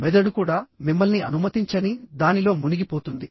మెదడు కూడా మిమ్మల్ని అనుమతించని దానిలో మునిగిపోతుంది